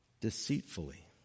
deceitfully